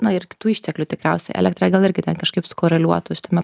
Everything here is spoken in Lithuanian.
na ir kitų išteklių tikriausiai elektra gal irgi ten kažkaip sukoreliuotų šitame